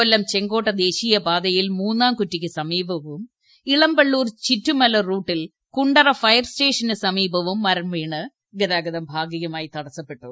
കൊല്ലം ചെങ്കോട്ട ദേശീയപാതയിൽ മൂന്നാംകുറ്റിക്ക് സമീപവും ഇളമ്പള്ളൂർ ചിറ്റുമല റൂട്ടിൽ കുണ്ടറ ഫയർ സ്റ്റേഷൻ സമീപവും മരം വീണ് ഗതാഗതം ഭാഗികമായി തടസ്സപ്പെട്ടു